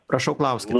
prašau klauskit